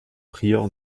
prieur